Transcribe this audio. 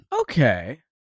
Okay